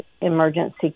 emergency